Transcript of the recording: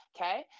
okay